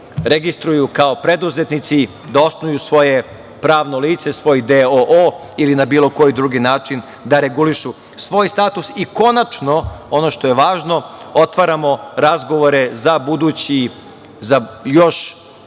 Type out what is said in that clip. registruju kao preduzetnici, da osnuju svoje pravno lice, svoj d.o.o. ili na bilo koji drugi način da regulišu svoj status i konačno, ono što je važno, otvaramo razgovore za budući, za još